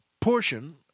portion